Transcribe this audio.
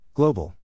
Global